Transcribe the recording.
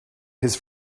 his